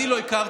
אני לא הכרתי,